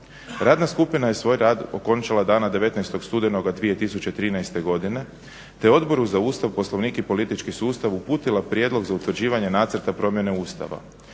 Radna skupina je svoj rad okončala dana 19.studenoga 2013.te Odbor za Ustav, Poslovnik i politički sustav uputila prijedlog za utvrđivanje nacrta promjene Ustava.